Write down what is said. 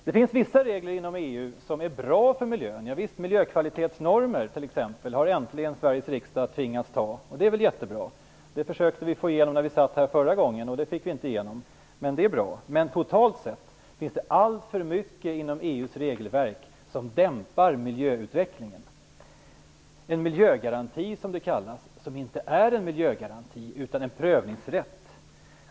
Det finns vissa regler inom EU som är bra för miljön. Sveriges riksdag har t.ex. äntligen tvingats anta miljökvalitetsnormer. Det är jättebra. Det försökte vi få igenom när vi satt här förra gången, men det lyckades inte. Totalt sett finns det alltför mycket inom EU:s regelverk som dämpar miljöutvecklingen. Det finns en miljögaranti, som det kallas, som inte är någon miljögaranti utan en prövningsrätt.